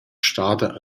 stada